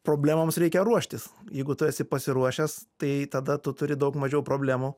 problemoms reikia ruoštis jeigu tu esi pasiruošęs tai tada tu turi daug mažiau problemų